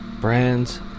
Brands